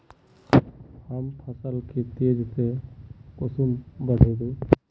हम फसल के तेज से कुंसम बढ़बे?